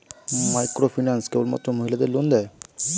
Microfinance কেবলমাত্র মহিলাদের loan দেয়?